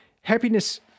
happiness